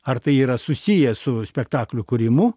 ar tai yra susiję su spektaklių kūrimu